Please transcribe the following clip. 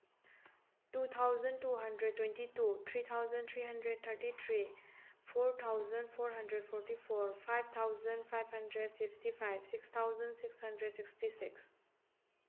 two thousand two hundred twenty two three thousand three hundred thirty three four thousand four hundred forty four five thousand five hundred fifty five six thousand six hundred sixty six